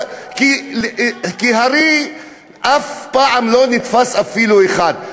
כי הרי אף פעם לא נתפס אפילו אחד.